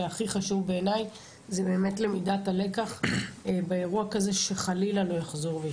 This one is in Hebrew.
והכי חשוב בעיניי זה באמת למידת הלקח באירוע הזה שחלילה לא יחזור.